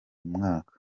mwaka